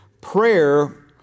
Prayer